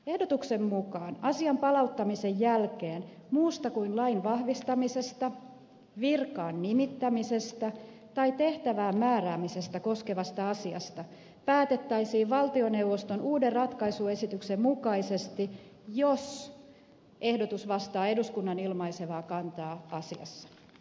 ehdotuksen mukaan asian palautumisen jälkeen muusta kuin lain vahvistamisesta virkaan nimittämisestä tai tehtävään määräämisestä koskevasta asiasta päätettäisiin valtioneuvoston uuden ratkaisuesityksen mukaisesti jos ehdotus vastaa eduskunnan ilmaisemaa kantaa asiassa